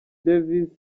davis